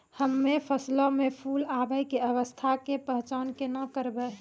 हम्मे फसलो मे फूल आबै के अवस्था के पहचान केना करबै?